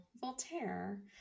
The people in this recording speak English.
Voltaire